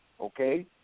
okay